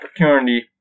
opportunity